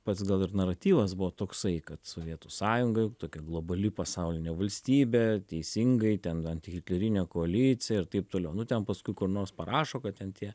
pats gal ir naratyvas buvo toksai kad sovietų sąjunga tokia globali pasaulinė valstybė teisingai ten antihitlerinė koalicija ir taip toliau nu ten paskui kur nors parašo kad ten tie